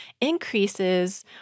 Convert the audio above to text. increases